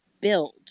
build